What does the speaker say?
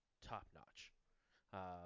top-notch